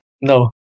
No